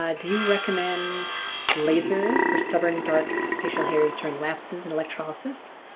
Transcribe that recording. ah do you recommend laser for stubborn dark facial hairs during lapses in electrolysis?